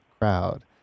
crowd